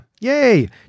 Yay